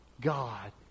God